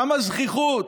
כמה זחיחות,